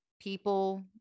people